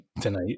tonight